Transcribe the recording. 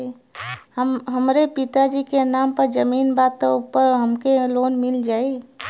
हमरे पिता जी के नाम पर जमीन बा त ओपर हमके लोन मिल जाई?